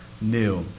new